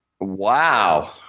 Wow